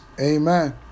Amen